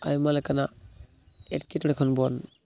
ᱟᱭᱢᱟ ᱞᱮᱠᱟᱱᱟᱜ ᱮᱴᱠᱮᱴᱚᱬᱮ ᱠᱷᱚᱱ ᱵᱚᱱ